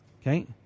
Okay